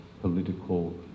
political